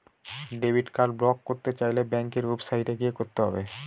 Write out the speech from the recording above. debit card block করতে চাইলে ব্যাঙ্কের ওয়েবসাইটে গিয়ে করতে হবে